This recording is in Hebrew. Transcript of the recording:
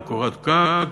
וקורת גג,